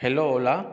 hello ola